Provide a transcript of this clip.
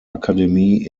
akademie